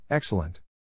Excellent